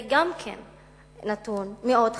זה גם כן נתון מאוד חשוב.